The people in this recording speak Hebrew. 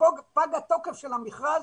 פג התוקף של המכרז,